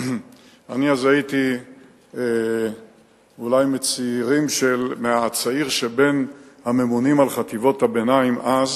אני הייתי הצעיר מבין הממונים על חטיבות הביניים אז,